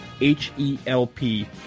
H-E-L-P